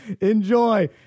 enjoy